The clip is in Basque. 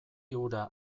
hura